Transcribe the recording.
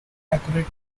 accurate